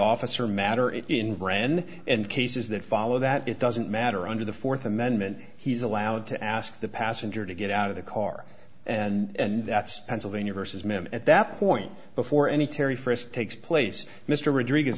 officer matter and in bren and cases that follow that it doesn't matter under the fourth amendment he's allowed to ask the passenger to get out of the car and that's pennsylvania versus men at that point before any terry first takes place mr r